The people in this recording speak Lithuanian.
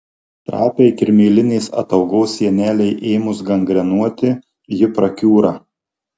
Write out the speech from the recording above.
trapiai kirmėlinės ataugos sienelei ėmus gangrenuoti ji prakiūra